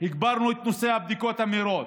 הגברנו את נושא הבדיקות המהירות,